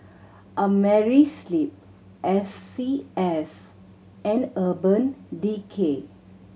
Amerisleep S C S and Urban Decay